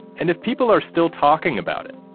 and if people are still talking about it,